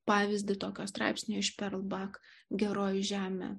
pavyzdį tokio straipsnio ir perlbak geroji žemė